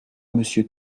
monsieur